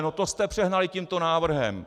No to jste přehnali tímto návrhem!